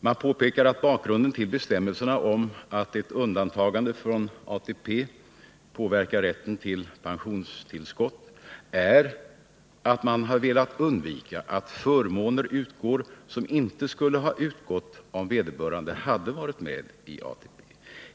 Man påpekar att bakgrunden till bestämmelserna om att ett undantagande från ATP påverkar rätten till pensionstillskott är att man velat undvika att förmåner utgår som inte skulle ha utgått om vederbörande hade varit med i ATP.